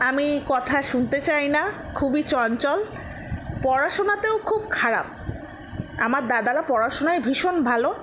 আমি কথা শুনতে চাই না খুবই চঞ্চল পড়াশুনাতেও খুব খারাপ আমার দাদারা পড়াশুনায় ভীষণ ভালো